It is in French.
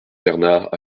bernard